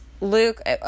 Luke